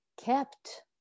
kept